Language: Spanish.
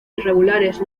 irregulares